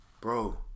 Bro